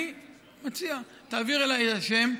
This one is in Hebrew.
אני מציע שתעביר אליי את השם.